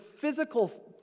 physical